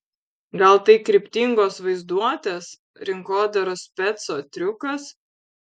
gal tai kryptingos vaizduotės rinkodaros speco triukas